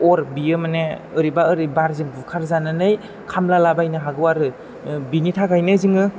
अर बेयो माने ओरैबा ओरैबा बारजों बुखारजानानै खामलालाबायनो हागौ आरो बिनि थाखायनो जोङो